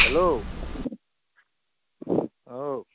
hello ও